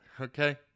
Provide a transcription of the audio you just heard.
okay